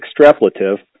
extrapolative